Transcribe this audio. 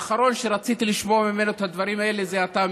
האחרון שרציתי לשמוע ממנו את הדברים האלה זה אתה,